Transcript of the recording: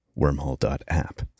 wormhole.app